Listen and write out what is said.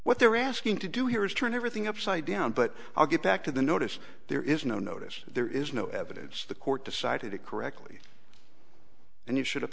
what they're asking to do here is turn everything upside down but i'll get back to the notice there is no notice there is no evidence the court decided it correctly and you should